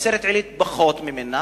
בנצרת-עילית יש פחות ממנה,